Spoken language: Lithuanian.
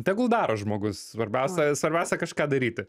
tegul daro žmogus svarbiausia svarbiausia kažką daryti